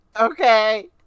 Okay